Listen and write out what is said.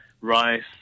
rice